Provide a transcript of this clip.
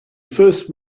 first